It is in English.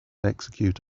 execute